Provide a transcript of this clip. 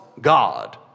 God